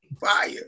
fire